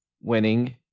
winning